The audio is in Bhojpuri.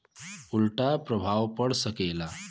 उल्टा प्रभाव पड़ सकेला